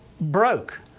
broke